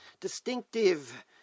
distinctive